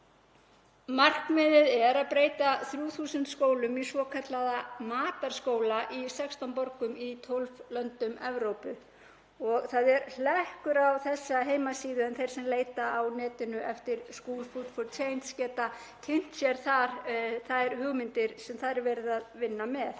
markmiðið er að breyta 3.000 skólum í svokallaða matarskóla í 16 borgum í 12 löndum Evrópu. Það er hlekkur á þessa heimasíðu en þeir sem leita á netinu eftir Schoolfood4change geta þar kynnt sér þær hugmyndir sem er verið að vinna með.